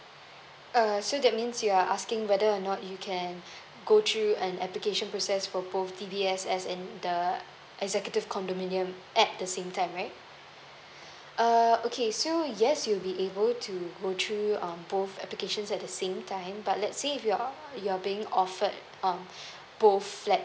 uh so that means you are asking whether or not you can go through an application process for both D_B_S_S and the executive condominium at the same time right uh okay so yes you'll be able to go through um both applications at the same time but let's say if you're you're being offered um both flats